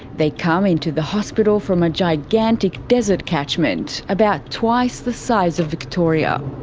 they come into the hospital from a gigantic desert catchment, about twice the size of victoria.